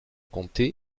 comté